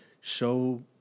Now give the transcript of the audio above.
show